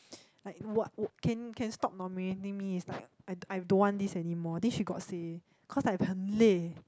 like what oh can can stop nominating me is like I I don't want this anymore this she got say cause like 很累